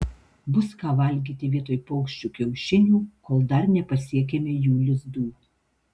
bus ką valgyti vietoj paukščių kiaušinių kol dar nepasiekėme jų lizdų